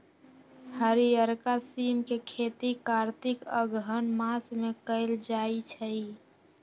हरियरका सिम के खेती कार्तिक अगहन मास में कएल जाइ छइ